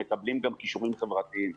מקבלים גם כישורים חברתיים,